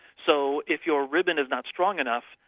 so if your ribbon is not strong enough,